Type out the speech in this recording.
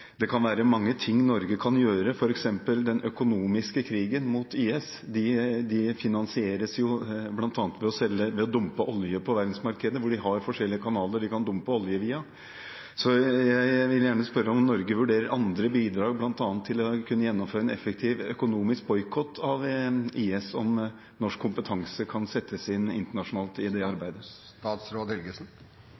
det kan være mange ting Norge kan gjøre, f.eks. i forbindelse med den økonomiske krigen mot IS. De finansieres jo bl.a. ved å dumpe olje på verdensmarkedene – de dumper olje via forskjellige kanaler. Jeg vil gjerne spørre om Norge vurderer andre bidrag, bl.a. for å kunne gjennomføre en effektiv økonomisk boikott av IS – om norsk kompetanse kan settes inn i det